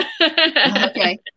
Okay